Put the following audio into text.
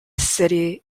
city